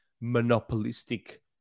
monopolistic